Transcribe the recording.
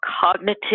cognitive